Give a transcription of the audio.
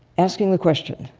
asking the question